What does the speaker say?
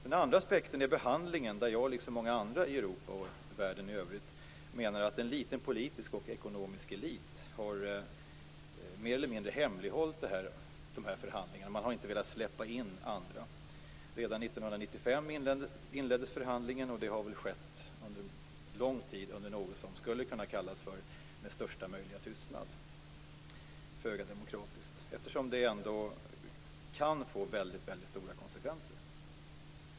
Den andra aspekten är behandlingen, där jag och många andra i Europa och i världen i övrigt menar att en liten politisk och ekonomisk elit har mer eller mindre hemlighållit dessa förhandlingar. Man har inte velat släppa in andra. Redan 1995 inleddes förhandlingarna. De har skett under lång tid med något som skulle kunna kallas för "största möjliga tystnad". Det är föga demokratiskt, eftersom det kan få väldigt stora konsekvenser.